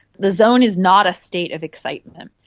the zone is not a state of excitement.